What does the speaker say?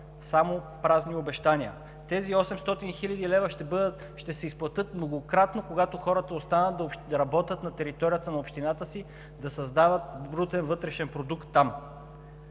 само празни обещания. Тези 800 хил. лв. ще се изплатят многократно, когато хората останат да работят на територията на общината си и да създават брутен вътрешен продукт там.